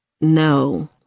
No